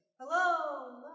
Hello